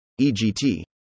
EGT